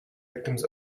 victims